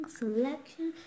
selection